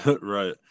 Right